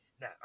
Now